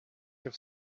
have